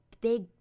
big